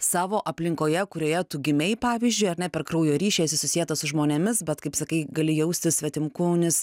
savo aplinkoje kurioje tu gimei pavyzdžiui ar ne per kraujo ryšiais esi susietas su žmonėmis bet kaip sakai gali jaustis svetimkūnis